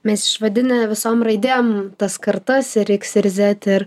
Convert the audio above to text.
mes išvadinę visom raidėm tas kartas ir iks ir zet ir